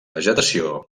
vegetació